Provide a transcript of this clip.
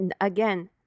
Again